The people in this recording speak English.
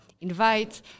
invite